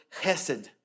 chesed